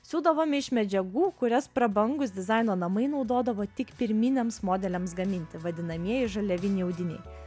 siūdavome iš medžiagų kurias prabangūs dizaino namai naudodavo tik pirminiams modeliams gaminti vadinamieji žaliaviniai audiniai